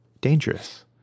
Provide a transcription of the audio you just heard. dangerous